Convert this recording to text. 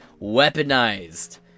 weaponized